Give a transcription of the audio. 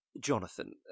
Jonathan